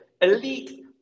elite